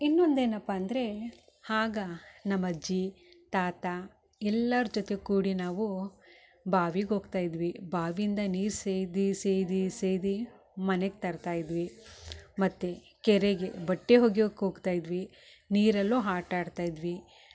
ಇನ್ನೊಂದು ಏನಪ್ಪಾ ಅಂದರೆ ಆಗ ನಮ್ಮ ಅಜ್ಜಿ ತಾತ ಎಲ್ಲರ ಜೊತೆ ಕೂಡಿ ನಾವು ಬಾವಿಗೆ ಹೋಗ್ತಾ ಇದ್ವಿ ಬಾವಿಯಿಂದ ನೀರು ಸೇದಿ ಸೇದಿ ಸೇದಿ ಮನೆಗೆ ತರ್ತಾ ಇದ್ವಿ ಮತ್ತು ಕೆರೆಗೆ ಬಟ್ಟೆ ಒಗೆಯಕ್ಕೆ ಹೊಗ್ತಾಯಿದ್ವಿ ನೀರಲ್ಲೂ ಆಟ ಆಡ್ತಿದ್ವಿ